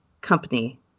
company